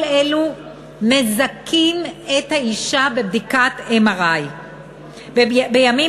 כל אלו מזכים את האישה בבדיקת MRI. בימים